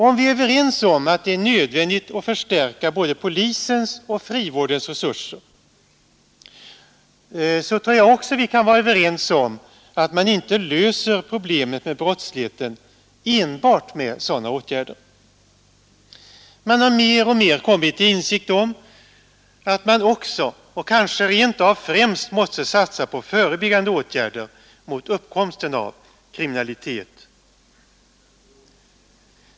Om vi är överens om att det är nödvändigt att förstärka både polisens och frivårdens resurser, tror jag att vi också kan vara överens om att man inte löser problemet med brottsligheten enbart genom sådana åtgärder. Man har mer och mer kommit till insikt om att man också, och kanske rent av främst, måste satsa på förebyggande åtgärder mot uppkomsten av kriminalitet.